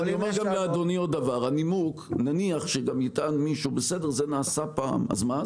אבל אני אומר לאדוני עוד דבר: נניח שמישהו יטען שזה נעשה פעם אז מה,